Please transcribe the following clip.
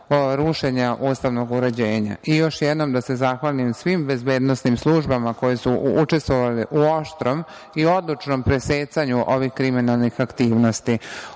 ustavnog uređenja. Još jednom, da se zahvalim svim bezbednosnim službama koje su učestvovale u oštrom i odlučnom presecanju ovih kriminalnih aktivnosti.O